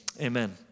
amen